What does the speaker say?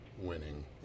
winning